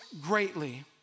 greatly